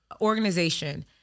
organization